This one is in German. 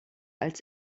als